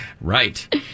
Right